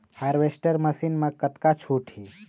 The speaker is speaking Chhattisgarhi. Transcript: हारवेस्टर मशीन मा कतका छूट हे?